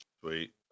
Sweet